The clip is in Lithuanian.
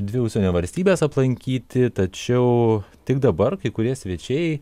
dvi užsienio valstybes aplankyti tačiau tik dabar kai kurie svečiai